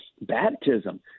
baptism